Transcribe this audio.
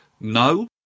no